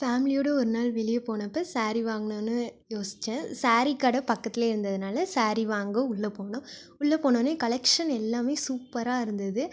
ஃபேமிலியோடய ஒரு நாள் வெளியே போனப்ப சாரி வாங்கணுன்னு யோசித்து சாரி கடை பக்கத்துலே இருந்ததுனால சாரி வாங்க உள்ள போனோம் உள்ள போனொன்னே கலெக்ஷன் எல்லாமே சூப்பராக இருந்தது